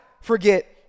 forget